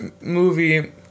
movie